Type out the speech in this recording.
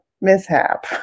mishap